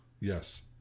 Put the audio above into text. yes